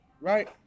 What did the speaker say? right